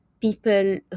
people